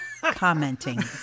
commenting